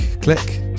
Click